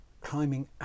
climbing